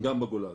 גם בגולן.